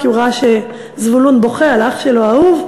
כי הוא ראה שזבולון בוכה על האח שלו ההוא,